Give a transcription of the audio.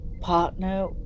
partner